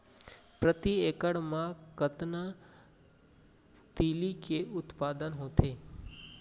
प्रति एकड़ मा कतना तिलि के उत्पादन होथे?